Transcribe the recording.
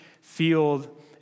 field